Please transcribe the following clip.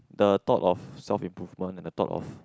the thought of self improvement and the thought of